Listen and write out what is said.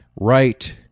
right